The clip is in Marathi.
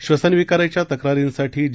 श्वसन विकाराच्या तक्रारींसाठी जे